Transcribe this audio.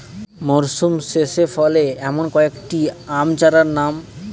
মরশুম শেষে ফলে এমন কয়েক টি আম চারার নাম?